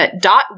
Dot